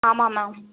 ஆமாம்மா